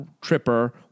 Tripper